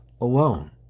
alone